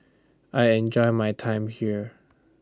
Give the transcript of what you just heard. I enjoy my time here